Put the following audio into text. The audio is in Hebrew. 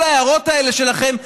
כל ההערות האלה שלכם,